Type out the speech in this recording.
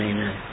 Amen